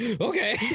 Okay